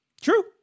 true